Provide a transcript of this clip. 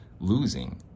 losing